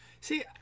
See